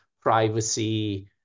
privacy